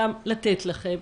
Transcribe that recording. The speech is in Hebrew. מהם".